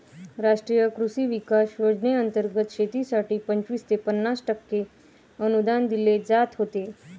राष्ट्रीय कृषी विकास योजनेंतर्गत शेतीसाठी पंचवीस ते पन्नास टक्के अनुदान दिले जात होते